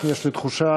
יש לי תחושה,